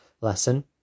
lesson